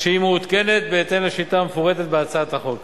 כשהיא מעודכנת בהתאם לשיטה המפורטת בהצעת החוק.